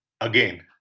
again